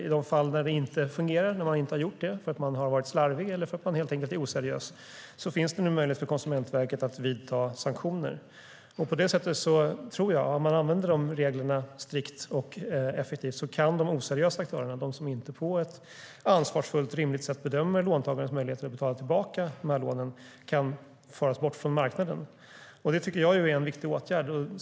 I de fall där det inte fungerar och där man inte har gjort det eftersom man har varit slarvig eller helt enkelt är oseriös finns det nu möjlighet för Konsumentverket att vidta sanktioner. Om reglerna används strikt och effektivt kan de oseriösa aktörerna, som inte på ett ansvarsfullt och rimligt sätt bedömer låntagarens möjligheter att betala tillbaka lånen, föras bort från marknaden. Det tycker jag är en viktig åtgärd.